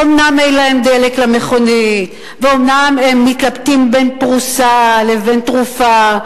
אומנם אין להם דלק למכונית ואומנם הם מתלבטים בין פרוסה לבין תרופה.